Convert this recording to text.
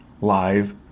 live